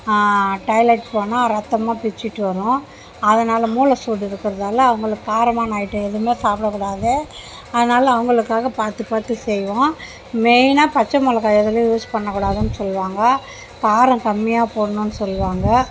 toilet போனா ரத்தமாக பிச்சிகிட்டு வரும் அதனால் மூல சூடு இருக்கிறதால அவங்களுக்கு காரமான ஐட்டம் எதுவுமே சாப்பிட கூடாது அதனால அவங்களுக்காக பார்த்து பார்த்து செய்வோம் மெயினாக பச்சை மிளகா எதுலையும் யூஸ் பண்ண கூடாதுன்னு சொல்லுவாங்க காரம் கம்மியாக போடணுன்னு சொல்லுவாங்க